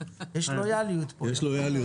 מרגי, תודה על המהירות והיעילות שבה